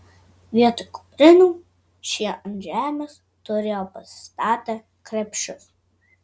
vietoj kuprinių šie ant žemės turėjo pasistatę krepšius